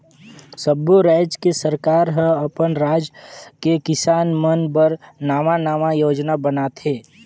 सब्बो रायज के सरकार हर अपन राज के किसान मन बर नांवा नांवा योजना बनाथे